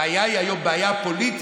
הבעיה היא היום בעיה פוליטית,